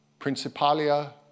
principalia